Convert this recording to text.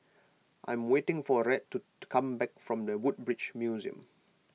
I am waiting for Rhett to to come back from the Woodbridge Museum